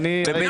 אני --- לא.